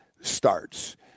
starts